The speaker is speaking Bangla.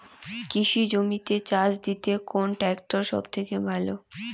কৃষি জমিতে চাষ দিতে কোন ট্রাক্টর সবথেকে ভালো?